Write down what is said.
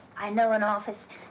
i know an office.